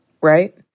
right